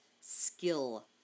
skill